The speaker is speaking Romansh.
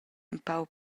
empau